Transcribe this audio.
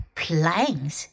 planes